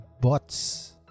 bots